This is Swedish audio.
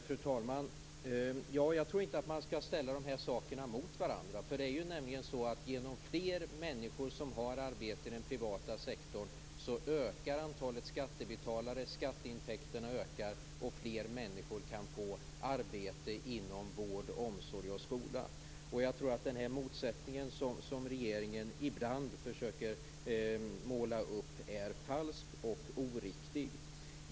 Fru talman! Jag tror inte att man skall ställa dessa saker mot varandra. Genom att fler människor har arbete inom den privata sektorn ökar ju antalet skattebetalare. Skatteintäkterna ökar alltså och fler människor kan få arbete inom vård, omsorg och skola. Jag tror att den motsättning som regeringen ibland försöker måla upp är falsk och oriktig.